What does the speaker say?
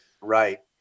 right